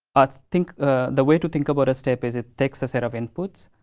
but think the way to think about a step is it takes a set of inputs,